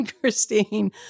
Christine